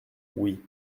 oui